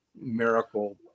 miracle